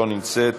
אינה נוכחת,